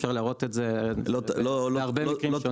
אפשר לראות את זה בהרבה מקרים.